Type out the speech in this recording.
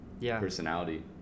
personality